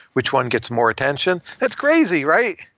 which one gets more attention. that's crazy, right?